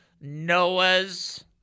Noah's